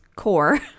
Core